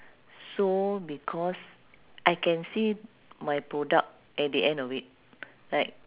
sew because I can see my product at the end of it like